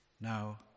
now